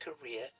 career